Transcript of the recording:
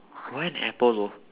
why an apple though